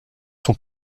sont